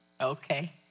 Okay